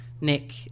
Nick